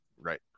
right